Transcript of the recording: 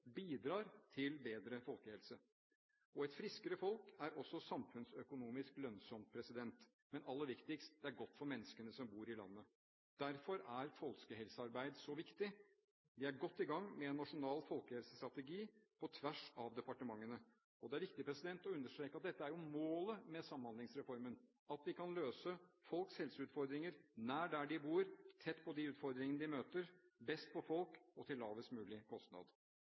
bidrar til bedre folkehelse. Et friskere folk er også samfunnsøkonomisk lønnsomt. Men aller viktigst: Det er godt for menneskene som bor i landet. Derfor er folkehelsearbeid så viktig. Vi er godt i gang med en nasjonal folkehelsestrategi på tvers av departementene. Det er viktig å understreke at dette er målet med Samhandlingsreformen: At vi kan løse folks helseutfordringer, nær der de bor, tett på de utfordringer de møter, best for folk og til lavest mulig kostnad.